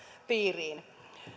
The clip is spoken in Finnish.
piiriin